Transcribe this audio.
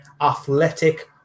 athletic